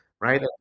right